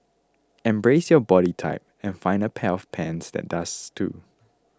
embrace your body type and find a pair of pants that does too